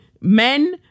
men